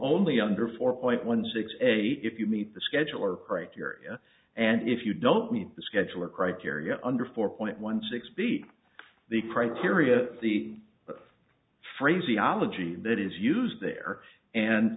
only under four point one six a if you meet the schedule or parade here and if you don't meet the scheduler criteria under four point one six b the criteria the phraseology that is used there and